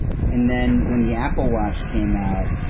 and then when the apple watch came out,